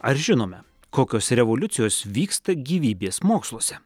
ar žinome kokios revoliucijos vyksta gyvybės moksluose